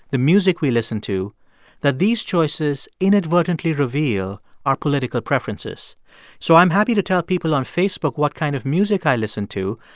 the music we listen to that these choices inadvertently reveal our political preferences so i'm happy to tell people on facebook what kind of music i listen to.